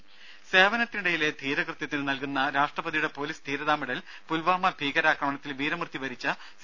രംഭ സേവനത്തിനിടയിലെ ധീരകൃത്യത്തിന് നൽകുന്ന രാഷ്ട്രപതിയുടെ പൊലീസ് ധീരതാ മെഡൽ പുൽവാമ ഭീകരാക്രമണത്തിൽ വീരമൃത്യു വരിച്ച സി